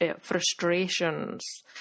frustrations